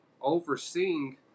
overseeing